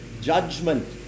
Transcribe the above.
judgment